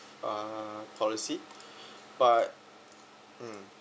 uh policy but mm